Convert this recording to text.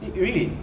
really